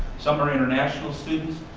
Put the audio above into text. some are international students.